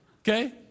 Okay